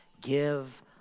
give